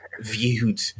viewed